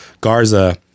Garza